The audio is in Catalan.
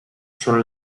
són